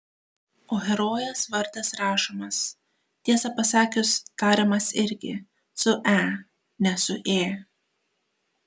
o herojės vardas rašomas tiesą pasakius tariamas irgi su e ne su ė